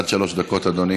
עד שלוש דקות, אדוני.